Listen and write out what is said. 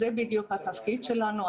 זה בדיוק התפקיד שלנו.